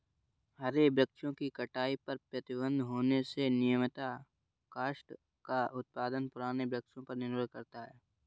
हरे वृक्षों की कटाई पर प्रतिबन्ध होने से नियमतः काष्ठ का उत्पादन पुराने वृक्षों पर निर्भर करता है